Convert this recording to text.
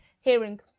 hearing